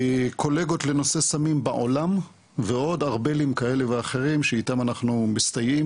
קולגות לנושא סמים בעולם ועוד ארבלים כאלה ואחרים שאיתם אנחנו מסתייעים,